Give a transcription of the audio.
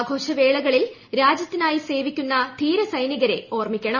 ആഘോഷവേളകളിൽ രാജ്യത്തിനായി സേവിക്കുന്ന ധീരസൈനികരെ ഓർമ്മിക്കണം